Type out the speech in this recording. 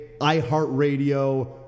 iHeartRadio